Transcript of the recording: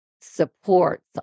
supports